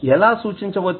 ఎలా సూచించవచ్చు